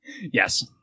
Yes